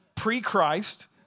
pre-Christ